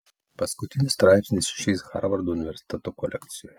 paskutinis straipsnis išeis harvardo universiteto kolekcijoje